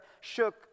shook